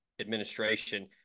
administration